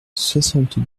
soixante